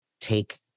Take